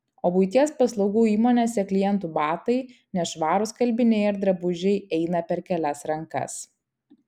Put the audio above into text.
o buities paslaugų įmonėse klientų batai nešvarūs skalbiniai ar drabužiai eina per kelias rankas